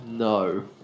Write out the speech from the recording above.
no